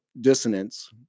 dissonance